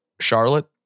Charlotte